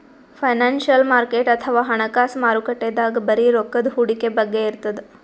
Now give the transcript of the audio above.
financial market ಅಥವಾ ಹಣಕಾಸ್ ಮಾರುಕಟ್ಟೆದಾಗ್ ಬರೀ ರೊಕ್ಕದ್ ಹೂಡಿಕೆ ಬಗ್ಗೆ ಇರ್ತದ್